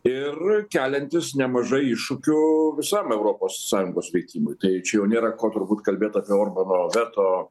ir keliantis nemažai iššūkių visam europos sąjungos veikimui tai čia jau nėra ko turbūt kalbėt apie orbano veto